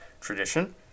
tradition